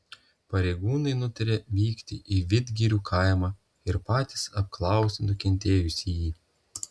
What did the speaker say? pareigūnai nutarė vykti į vidgirių kaimą ir patys apklausti nukentėjusįjį